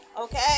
okay